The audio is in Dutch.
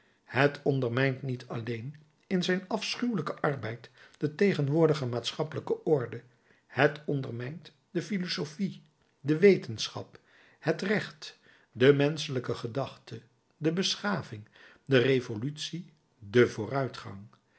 het ondermijnt niet alleen in zijn afschuwelijken arbeid de tegenwoordige maatschappelijke orde het ondermijnt de philosophie de wetenschap het recht de menschelijke gedachte de beschaving de revolutie den vooruitgang